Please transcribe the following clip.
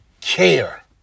care